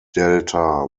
delta